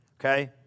Okay